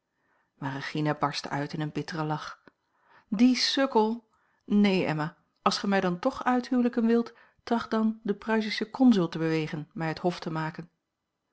maar regina barstte uit in een bitteren lach die sukkel neen emma als gij mij dan toch uithuwelijken wilt tracht dan den pruisisschen consul te bewegen mij het hof te maken